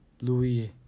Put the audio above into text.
Louis